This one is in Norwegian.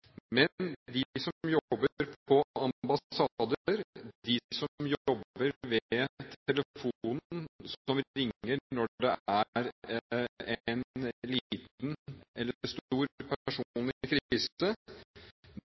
Men de som jobber på ambassader, de som jobber ved telefonen som ringer når det er en liten, eller stor, personlig krise,